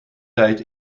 tijd